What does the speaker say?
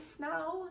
now